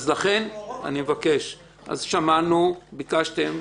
שמענו, ביקשתם,